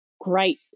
great